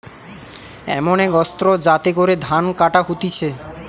এমন এক অস্ত্র যাতে করে ধান কাটা হতিছে